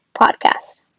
podcast